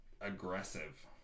aggressive